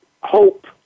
hope